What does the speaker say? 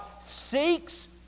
seeks